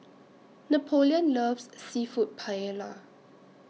Napoleon loves Seafood Paella